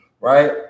right